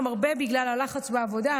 גם הרבה בגלל הלחץ בעבודה,